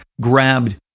grabbed